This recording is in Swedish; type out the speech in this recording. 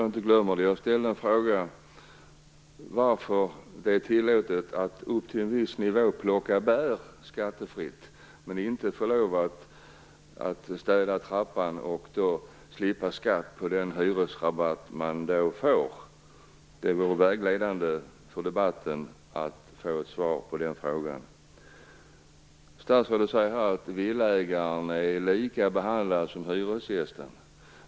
Herr talman! Jag ställde en fråga om varför det är tillåtet att plocka bär upp till en viss nivå skattefritt men inte att städa trappan och slippa skatt på den hyresrabatt man då får. Det vore vägledande för debatten att få ett svar på den frågan. Statsrådet säger att villaägaren behandlas lika som hyresgästen.